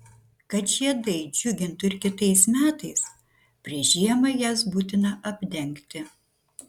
kad žiedai džiugintų ir kitais metais prieš žiemą jas būtina apdengti